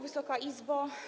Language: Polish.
Wysoka Izbo!